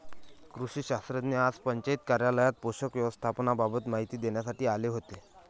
कृषी शास्त्रज्ञ आज पंचायत कार्यालयात पोषक व्यवस्थापनाबाबत माहिती देण्यासाठी आले होते